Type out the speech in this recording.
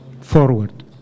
forward